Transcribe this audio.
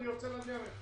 ואני יוצא לדרך.